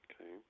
Okay